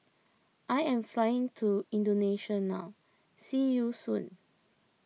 I am flying to Indonesia now see you soon